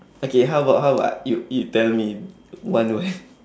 okay how about how about you you tell me one word